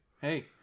hey